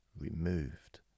removed